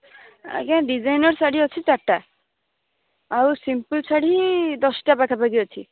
ଆଜ୍ଞା ଡିଜାଇନର ଶାଢ଼ୀ ଅଛି ଚାରିଟା ଆଉ ସିମ୍ପୁଲ ଶାଢ଼ୀ ଦଶଟା ପାଖାପାଖି ଅଛି